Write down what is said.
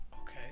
Okay